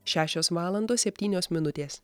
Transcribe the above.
šešios valandos septynios minutės